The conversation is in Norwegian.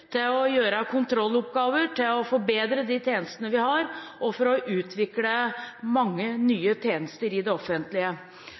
til å gjøre kontrolloppgaver, forbedre de tjenestene vi har og utvikle mange nye